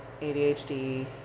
ADHD